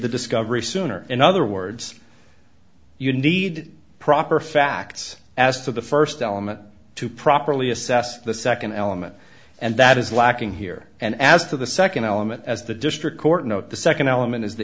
the discovery sooner in other words you need proper facts as to the first element to properly assess the second element and that is lacking here and as to the second element as the district court note the second element is the